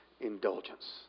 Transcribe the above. indulgence